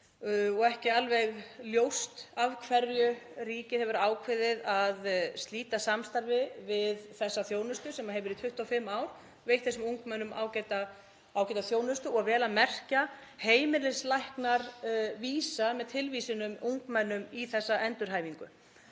og ekki alveg ljóst af hverju ríkið hefur ákveðið að slíta samstarfi við þessa þjónustu sem hefur í 25 ár veitt þessum ungmennum ágæta þjónustu; og vel að merkja heimilislæknar vísa með tilvísunum ungmennum í þessa endurhæfingu.